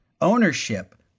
ownership